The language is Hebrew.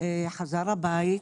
חזר הביתה,